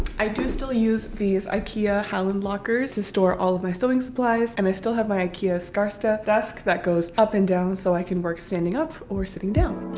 i do still use these ikea hallan lockers to store all of my sewing supplies and i still have my ikea skarsta desk that goes up and down so i can work standing up or sitting down